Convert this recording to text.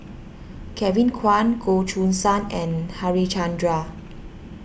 Kevin Kwan Goh Choo San and Harichandra